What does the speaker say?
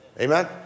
Amen